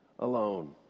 alone